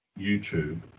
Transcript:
YouTube